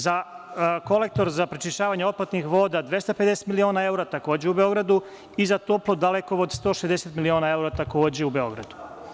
Za kolektor za prečišćavanje otpadnih voda 250 miliona evra takođe u Beogradu i za toplodalekovod 160 miliona evra takođe u Beogradu.